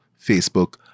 Facebook